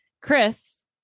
Chris